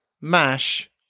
mash